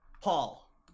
Paul